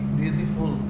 beautiful